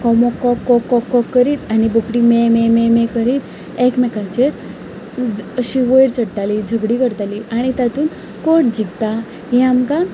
कोंबो को को को को करीत आनी बोकडी में में में में करीत एकमेकाचेर अशीं वयर चडटालीं झगडीं करतालीं आनी तातूंत कोण जिखता हें आमकां